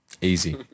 Easy